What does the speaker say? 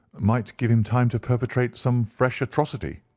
might give him time to perpetrate some fresh atrocity.